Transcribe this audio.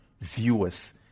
viewers